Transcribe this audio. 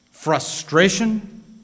frustration